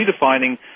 redefining